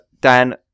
Dan